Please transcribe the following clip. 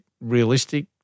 realistic